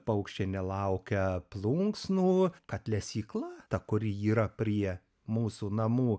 paukščiai nelaukia plunksnų kad lesykla ta kuri yra prie mūsų namų